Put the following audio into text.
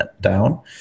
down